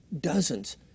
Dozens